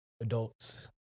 adults